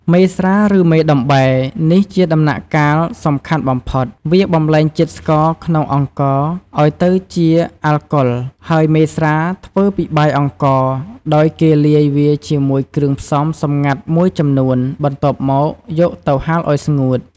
មេស្រា ឬ មេដំបែ នេះជាដំណាក់កាលសំខាន់បំផុត វាបម្លែងជាតិស្ករក្នុងអង្ករឲ្យទៅជាអាល់កុល ហើយមេស្រាធ្វើពីបាយអង្ករ ដោយគេលាយវាជាមួយគ្រឿងផ្សំសម្ងាត់មួយចំនួន បន្ទាប់មក យកទៅហាលឲ្យស្ងួត។